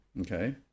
Okay